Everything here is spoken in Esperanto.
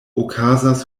okazas